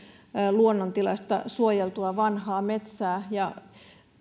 luonnontilaista suojeltua vanhaa metsää ja